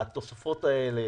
התוספות האלה,